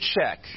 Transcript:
check